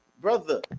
brother